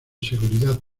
seguridad